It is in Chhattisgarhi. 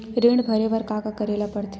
ऋण भरे बर का का करे ला परथे?